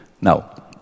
Now